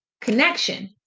connection